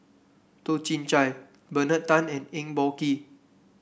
Toh Chin Chye Bernard Tan and Eng Boh Kee